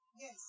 Yes